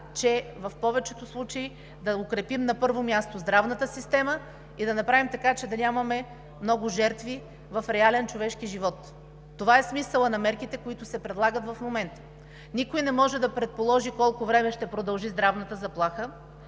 че в повечето случаи да укрепим на първо място здравната система, да направим така, че да нямаме много жертви в реален човешки живот. Това е смисълът на мерките, които се предлагат в момента. Никой не може да предположи колко време ще продължи здравната заплаха,